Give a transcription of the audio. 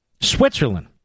Switzerland